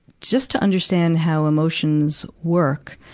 just to understand how emotions work,